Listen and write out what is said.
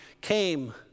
came